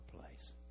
place